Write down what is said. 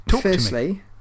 firstly